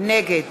נגד